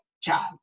job